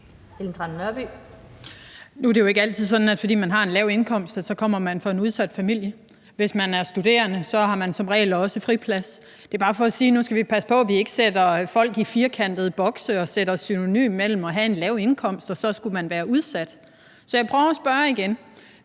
(V): Nu er det jo ikke altid sådan, at man, fordi man har en lav indkomst, så kommer fra en udsat familie. Hvis man er studerende, har man som regel også friplads. Det er bare for at sige: Nu skal vi passe på, at vi ikke sætter folk i firkantede bokse og sætter synonym mellem det at have en lav indkomst og at være udsat. Så jeg prøver at spørge igen: